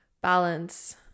balance